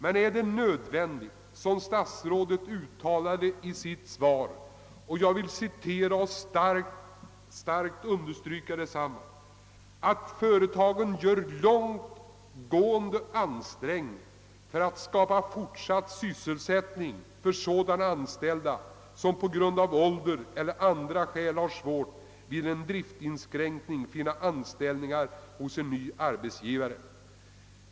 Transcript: Men det är nödvändigt, som statsrådet uttalade i sitt svar och som jag starkt vill stryka under, »att företagen gör långtgående ansträngningar för att skapa fortsatt sysselsättning för sådana anställda som på grund av ålder eller andra skäl har svårt att vid en driftinskränkning finna anställning hos en ny arbetsgivare».